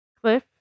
Cliff